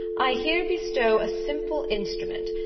i here bestow a simple instrument,